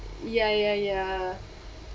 ya ya ya